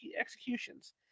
executions